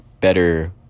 better